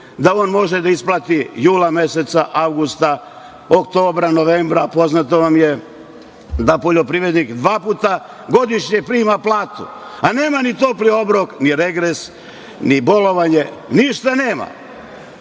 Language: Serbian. da on može da isplati nula meseca avgusta, oktobra, novembra. Poznato vam je da poljoprivrednik dva puta godišnje prima platu, a nema ni topli obrok, ni regres, ni bolovanje, ništa nema.